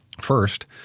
first